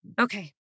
Okay